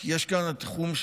כי יש כאן תחום,